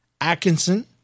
Atkinson